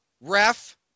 ref